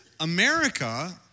America